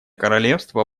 королевство